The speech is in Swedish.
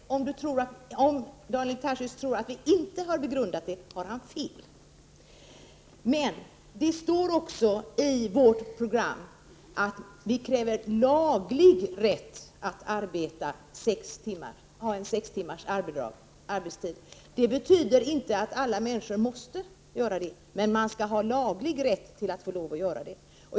Fru talman! Jag tackar Daniel Tarschys för hans goda råd. Vi i miljöpartiet lovar verkligen att begrunda detta problem. Om Daniel Tarschys tror att vi inte har begrundat detta problem har han fel. Det står också i vårt program att vi kräver laglig rätt att ha sex timmars arbetsdag. Det betyder inte att alla människor måste arbeta sex timmar. Men man skall ha laglig rätt att göra det.